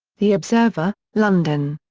the observer london.